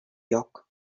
yok